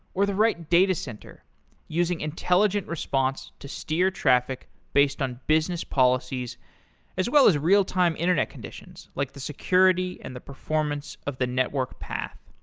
or the right datacenter using intelligent response to steer traffic based on business policies as well as real time internet conditions, like the security and the performance of the network path.